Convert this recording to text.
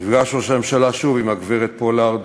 נפגש ראש הממשלה שוב עם הגברת פולארד